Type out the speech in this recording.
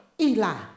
Eli